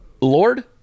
Lord